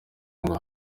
ngo